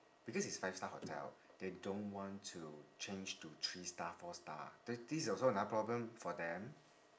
because it's five star hotel they don't want to change to three star four star th~ this is also another problem for them